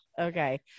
okay